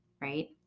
Right